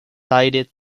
sided